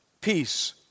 Peace